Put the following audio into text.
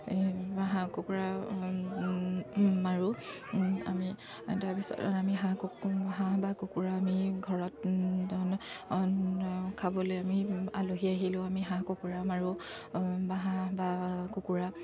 বা হাঁহ কুকুৰা মাৰোঁ আমি তাৰপিছত আমি হাঁহ হাঁহ বা কুকুৰা আমি ঘৰত খাবলৈ আমি আলহী আহিলেও আমি হাঁহ কুকুৰা মাৰোঁ বা হাঁহ বা কুকুৰা